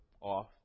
off